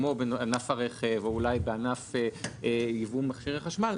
כמו בענף הרכב או אולי בענף ייבוא מכשירי חשמל,